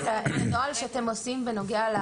אנחנו נרצה לראות את הנוהל שאתם בוודאי תכינו,